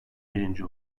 birinci